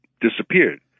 disappeared